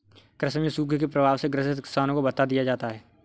कृषि में सूखे के प्रभाव से ग्रसित किसानों को भत्ता दिया जाता है